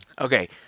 okay